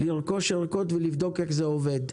לרכוש ערכות ולבדוק איך זה עובד.